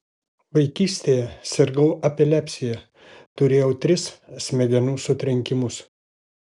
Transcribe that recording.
vaikystėje sirgau epilepsija turėjau tris smegenų sutrenkimus